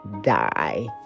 die